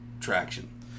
traction